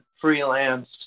freelance